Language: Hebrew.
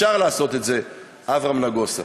אפשר לעשות את זה, אברהם נגוסה.